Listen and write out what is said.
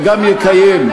וגם יקיים.